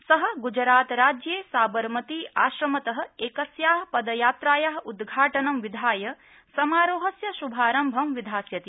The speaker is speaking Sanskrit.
सः ग्जरात् राज्ये साबरमती आश्रमत एकस्या पदयात्राया उद्घाटनं विधाय समारोहस्य श्भारम्भं विधास्यति